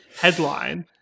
headline